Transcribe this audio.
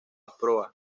proa